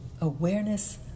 awareness